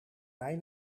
mij